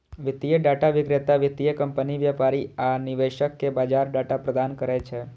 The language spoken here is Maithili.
वित्तीय डाटा विक्रेता वित्तीय कंपनी, व्यापारी आ निवेशक कें बाजार डाटा प्रदान करै छै